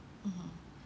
mmhmm